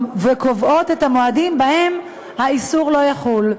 וקובעות את המועדים שבהם האיסור לא יחול.